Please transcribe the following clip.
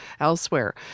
elsewhere